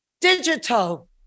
digital